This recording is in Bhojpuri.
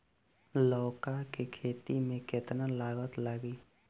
लौका के खेती में केतना लागत लागी?